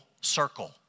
circle